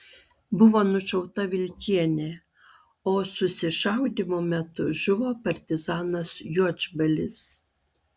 buvo nušauta vilkienė o susišaudymo metu žuvo partizanas juodžbalis